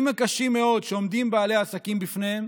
הקשים מאוד שבעלי העסקים עומדים בפניהם,